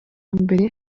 mbere